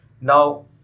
Now